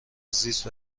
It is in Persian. زیست